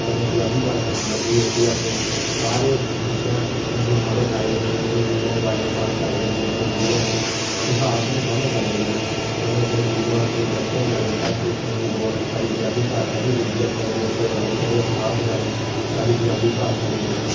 ਸਾਨੂੰ ਪੰਜਾਬੀ ਭਾਸ਼ਾ ਨਾਲ ਹੀ ਅਸੀਂ ਆਪਣੇ ਸਾਰੇ ਵਿਰਸਿਆਂ ਨੂੰ ਹੀ ਸਮਝ ਸਕਦੇ ਹਨ ਆਪਣੀ ਗੁਰੂਆਂ ਬਾਰੇ ਪੜ੍ਹ ਸਕਦੇ ਹਨ ਆਪਣੇ ਗੁਰੂਆਂ ਦੀ ਇਤਿਹਾਸ ਨੂੰ ਸਮਝ ਸਕਦੇ ਹਨ ਸਾਨੂੰ ਆਪਣੇ ਗੁਰੂਆਂ ਦੇ ਬੱਚਿਆਂ ਬਾਰੇ ਸਭ ਕੁਝ ਸਾਨੂੰ ਨੋਲੇਜ ਸਾਡੀ ਪੰਜਾਬੀ ਭਾਸ਼ਾ ਹੀ ਦਿੰਦੀ ਹੈ ਸਾਡੇ ਵਿਰਸੇ ਬਾਰੇ ਸਾਡੇ ਇਤਿਹਾਸ ਬਾਰੇ ਸਾਡੀ ਪੰਜਾਬੀ ਭਾਸ਼ਾ ਦੇ ਬਿਨਾਂ